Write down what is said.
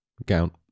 account